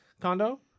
condo